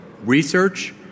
research